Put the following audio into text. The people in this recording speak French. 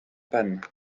panne